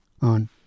on